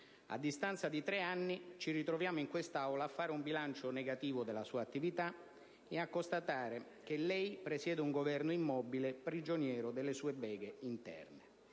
A distanza di tre anni ci ritroviamo in quest'Aula a fare un bilancio negativo della sua attività e a constatare che lei presiede un Governo immobile, prigioniero delle sue beghe interne;